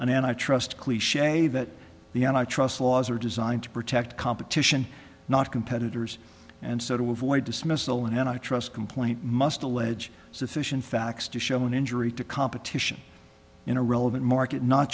an antitrust cliche that the and i trust laws are designed to protect competition not competitors and so to avoid dismissal and trust complaint must allege sufficient facts to show an injury to competition in a relevant market not